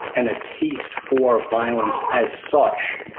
and a taste for violence as such,